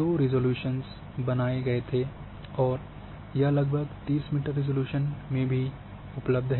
दो रिज़ॉल्यूशन बनाए गए थे और अब यह लगभग 30 मीटर रिज़ॉल्यूशन में भी यह उपलब्ध है